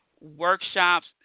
workshops